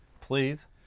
Please